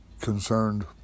concerned